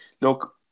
Look